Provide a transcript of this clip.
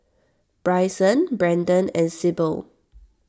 Bryson Branden and Syble